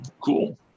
Cool